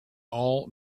all